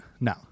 no